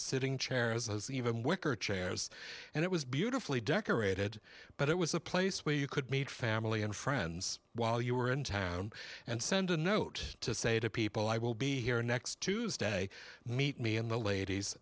as even wicker chairs and it was beautifully decorated but it was a place where you could meet family and friends while you were in town and send a note to say to people i will be here next tuesday meet me in the ladies